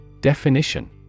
Definition